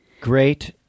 great